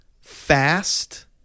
fast